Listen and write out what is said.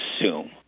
assume